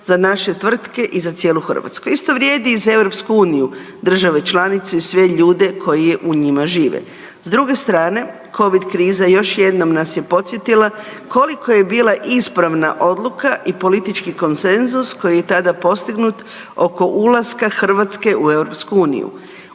za naše tvrtke i za cijelu Hrvatsku. Isto vrijedi i za EU, države članice i sve ljude koji je u njima žive. S druge strane, Covid kriza još jednom nas je podsjetila koliko je bila ispravna odluka i politički konsenzus koji je tada postignut oko ulaska Hrvatske u EU.